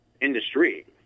industry